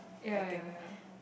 ya ya ya